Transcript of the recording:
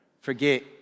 forget